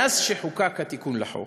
מאז חוקק התיקון לחוק,